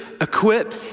equip